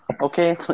Okay